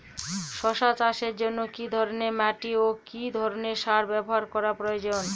শশা চাষের জন্য কি ধরণের মাটি ও কি ধরণের সার ব্যাবহার করা প্রয়োজন?